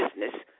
business